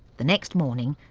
the next morning,